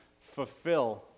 fulfill